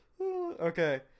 okay